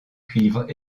cuivre